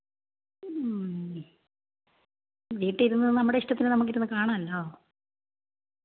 വീട്ടിലിരുന്ന് നമ്മുടെ ഇഷ്ടത്തിന് നമുക്കിരുന്നു കാണാമല്ലോ